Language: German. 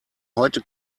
heute